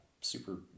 super